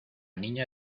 niña